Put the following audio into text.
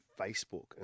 Facebook